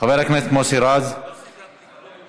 חבר הכנסת מוסי רז, מוותר.